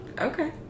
Okay